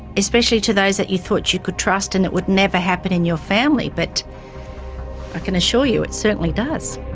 especially to those that you thought you could trust and it would never happen in your family, but can assure you it certainly does.